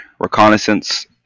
reconnaissance